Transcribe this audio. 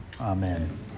amen